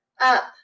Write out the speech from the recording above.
up